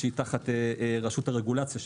שהיא תחת רשות הרגולציה במשרד ראש הממשלה,